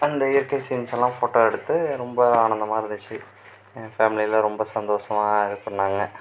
அந்த இயற்கை சீன்செல்லாம் ஃபோட்டோ எடுத்து ரொம்ப ஆனந்தமாக இருந்துச்சு என் ஃபேமிலில ரொம்ப சந்தோஷமா இது பண்ணாங்க